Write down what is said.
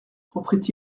reprit